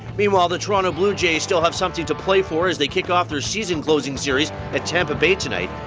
meanwhile, the toronto blue jays still have something to play for as they kick off their season closing series at tampa bay tonight.